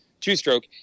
two-stroke